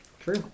True